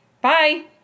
Bye